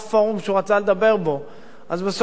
אז בסוף הוא דיבר בפורום שאני מכיר בעצמי,